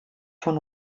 von